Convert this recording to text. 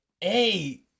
Hey